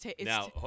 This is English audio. Now